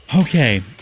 Okay